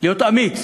להיות אמיץ,